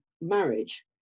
marriage